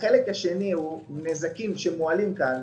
החלק השני הוא נזקים שמועלים כאן,